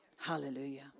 Hallelujah